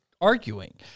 arguing